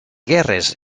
guerres